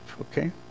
okay